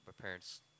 parents